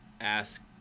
ask